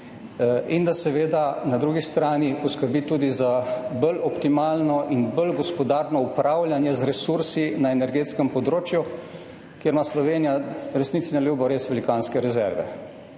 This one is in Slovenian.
In da, seveda, na drugi strani poskrbimo tudi za bolj optimalno in bolj gospodarno upravljanje z resursi na energetskem področju, kjer ima Slovenija, resnici na ljubo, res velikanske rezerve